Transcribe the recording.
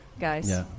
guys